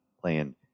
playing